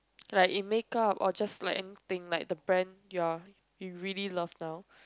like in makeup or just anything like the brand you are you really love now